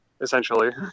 Essentially